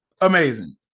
amazing